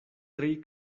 tri